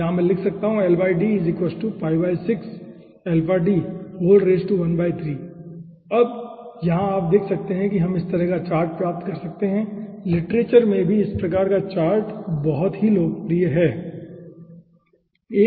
तो यहाँ से मैं लिख सकता हूँ अब यहाँ आप देख सकते हैं कि हम इस तरह का चार्ट प्राप्त कर सकते हैं लिटरेचर में भी इस प्रकार के चार्ट बहुत लोकप्रिय हैं